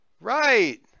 right